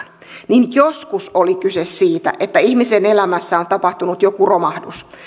niin joskus oli kyse siitä että ihmisen elämässä on tapahtunut joku romahdus